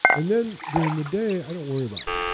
and then during the day i don't worry about it.